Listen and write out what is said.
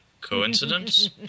Coincidence